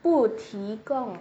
不提供